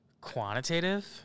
quantitative